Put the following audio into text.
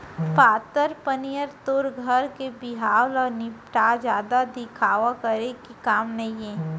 पातर पनियर तोर घर के बिहाव ल निपटा, जादा दिखावा करे के काम नइये